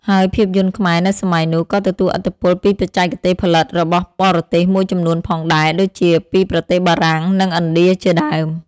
ហើយភាពយន្តខ្មែរនៅសម័យនោះ ក៏ទទួលឥទ្ធិពលពីបច្ចេកទេសផលិតរបស់បរទេសមួយចំនួនផងដែរ ដូចជាពីប្រទេសបារាំង និងឥណ្ឌា ជាដើម។